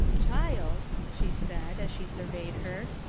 child, she said, as she surveyed her,